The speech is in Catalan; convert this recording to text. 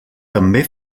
també